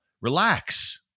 Relax